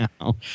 now